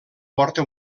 porta